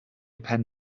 pen